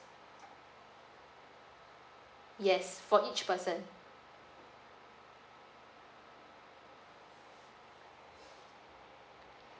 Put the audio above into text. yes for each person